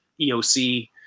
EOC